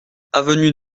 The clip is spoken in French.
avenue